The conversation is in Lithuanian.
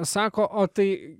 sako o tai